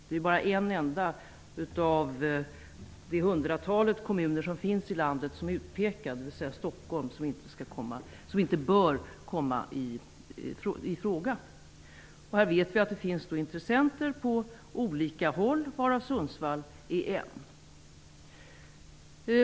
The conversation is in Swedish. Det är bara en enda av det hundratal kommuner som finns i landet som pekas ut, dvs. Stockholm, och inte bör komma i fråga. Vi vet att det finns intressenter på olika håll, och Sundsvall är en av dessa.